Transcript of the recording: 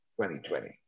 2020